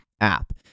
app